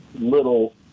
little